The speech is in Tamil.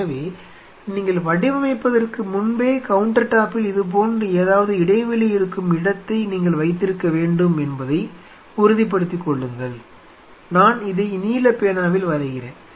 எனவே நீங்கள் வடிவமைப்பதற்கு முன்பே கவுண்டர் டாப்பில் இது போன்ற ஏதாவது இடைவெளி இருக்கும் இடத்தை நீங்கள் வைத்திருக்க வேண்டும் என்பதை உறுதிப்படுத்திக் கொள்ளுங்கள் நான் இதை நீல பேனாவில் வரைகிறேன்